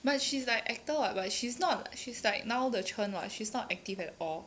but she's like actor [what] but she's not she's like now the churn [what] she's not active at all